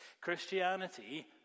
Christianity